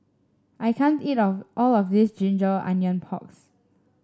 I can't eat of all of this ginger onion porks